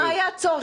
מה היה הצורך?